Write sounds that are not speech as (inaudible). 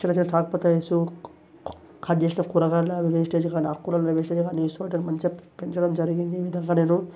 చిన్న చిన్న (unintelligible) కట్ చేసిన కూరగాయల అవి వేస్టేజ్ కానీ ఆకు కూరల్లో వేస్టేజ్ కానీ (unintelligible) మంచిగా పెంచడం జరిగింది